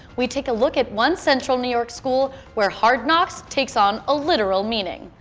we take a look at one central new york school where hard knocks takes on a literal meaning.